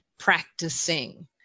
practicing